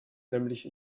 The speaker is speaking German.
nämlich